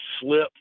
slip